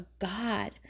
God